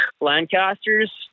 Lancasters